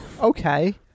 Okay